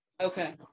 Okay